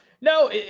No